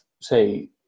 say